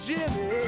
Jimmy